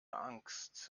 angst